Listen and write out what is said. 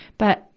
but,